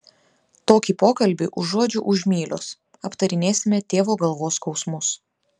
tokį pokalbį užuodžiu už mylios aptarinėsime tėvo galvos skausmus